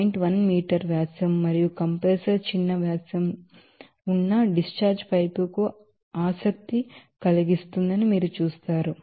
1 metre వ్యాసం మరియు compressor చిన్న వ్యాసం ఉన్న డిశ్చార్జ్ పైప్ కు ఆసక్తి కలిగిస్తుందని మీరు చూస్తారు